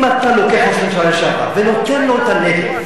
אם אתה לוקח ראש ממשלה לשעבר ונותן לו את הנגב,